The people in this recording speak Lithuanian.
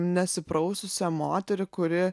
nesipraususią moterį kuri